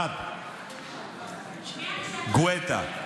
אחד, גואטה.